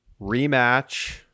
rematch